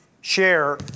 share